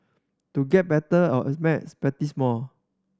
to get better all at maths practise more